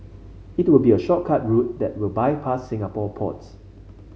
it will be a shortcut route that will bypass Singapore ports